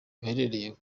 gaherereye